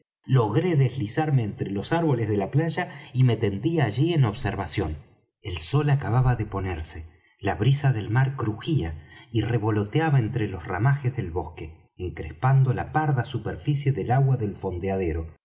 logré deslizarme entre los árboles de la playa y me tendí allí en observación el sol acababa de ponerse la brisa del mar crujía y revoloteaba entre los ramajes del bosque encrespando la parda superficie del agua del fondeadero